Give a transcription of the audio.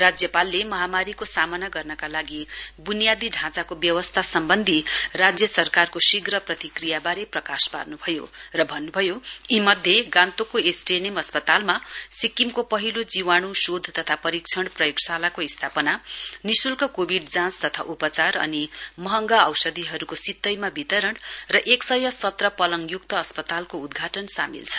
राज्यपालले महामारीको सामना गर्नका लागि व्नियादी ढाँचाको व्यवस्था सम्वन्धी राज्य सरकारको शीघ्र प्रतिक्रियावारे प्रकाश पार्नुभयो र भन्नुभयो यीमध्ये गान्तोकको एसटीएनएम अस्पतालमा सिक्किमको पहिलो जीवाण् शोध तथा परीक्षण प्रयोगशालाको स्थापना निश्ल्क कोविड जाँच तथा उपचार तथा महँगा औषधिहरुको सितैमा वितरण र एक सय सत्र पलङयुक्त अस्पतालको उद्घाघाटन सामेल छन्